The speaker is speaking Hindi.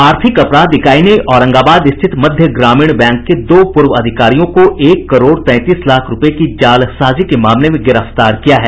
आर्थिक अपराध इकाई ने औरंगाबाद स्थित मध्य ग्रामीण बैंक के दो पूर्व अधिकारियों को एक करोड़ तैंतीस लाख रूपये की जालसाजी के मामले में गिरफ्तार किया है